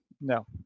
No